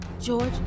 George